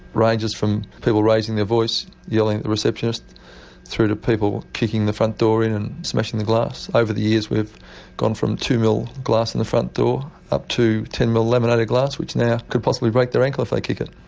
ranges from people raising their voice, yelling at the receptionist through to people kicking the front door in and smashing the glass. over the years we've gone from two ml glass in the front door up to ten ml laminated glass which could possibly break their ankle if they kick it.